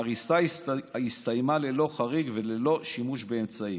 ההריסה הסתיימה ללא חריג וללא שימוש באמצעים.